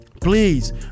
please